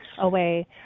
Away